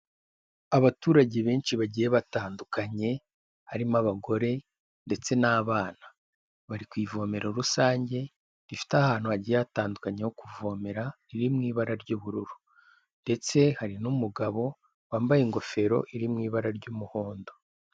Abaturage benshi bagiye batandukanye harimo abagore ndetse n'abana bari ku ivomero rusange rifite ahantu hagiye hatandukanye ho kuvomera riri mu ibara ry'ubururu ndetse hari n'umugabo wambaye ingofero iri mu ibara ry'umuhondo.